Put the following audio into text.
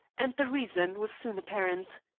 and the reason was soon apparent.